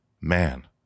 Man